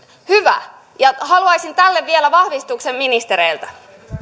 hyvä haluaisin tälle vielä vahvistuksen ministereiltä arvoisa